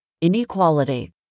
Inequality